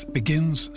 begins